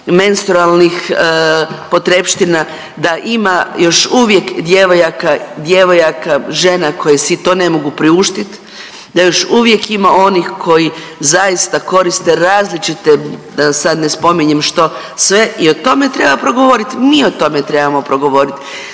menstrualnih potrepština, da ima još uvijek djevojaka, djevojaka, žena koje si to ne mogu priuštiti, da još uvijek ima onih koji zaista koriste različite da ne spominjem što sve i o tome treba progovoriti. Mi o tome trebamo progovoriti.